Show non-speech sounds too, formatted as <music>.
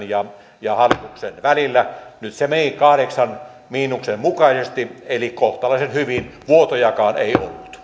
<unintelligible> ja ja o nyt se meni kahdeksan miinuksen mukaisesti eli kohtalaisen hyvin vuotojakaan ei